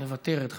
מוותרת,